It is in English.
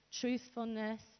truthfulness